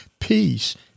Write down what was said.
peace